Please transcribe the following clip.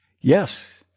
yes